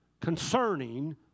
concerning